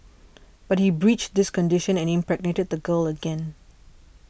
but he breached this condition and impregnated the girl again